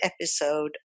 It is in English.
episode